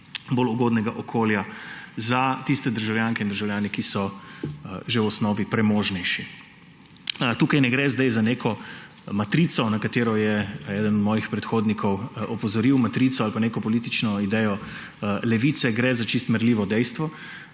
bolj ugodnega okolja za tiste državljanke in državljane, ki so že v osnovi premožnejši. Tukaj ne gre zdaj za neko matrico, na katero je eden mojih predhodnikov opozoril, matrico ali pa neko politično idejo Levice, gre za čisto merljivo dejstvo,